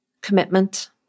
commitment